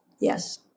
Yes